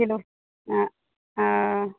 चिल्हो हँ हँ